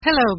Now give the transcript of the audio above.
Hello